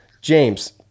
James